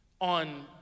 on